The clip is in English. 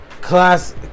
class